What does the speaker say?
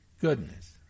goodness